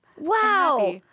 Wow